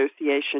Association